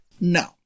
No